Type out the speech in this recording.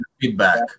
feedback